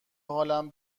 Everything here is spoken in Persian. حالم